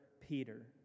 Peter